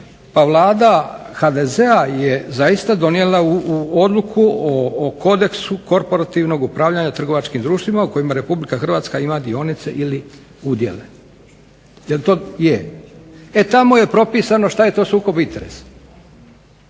pa vlada HDZ-a je zaista donijela odluku o kodeksu korporativnog upravljanja trgovačkim društvima u kojima RH ima dionice ili udjele. Jel to? Je. E tamo je propisano što je to sukob interesa.